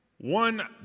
one